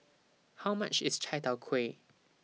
How much IS Chai Tow Kway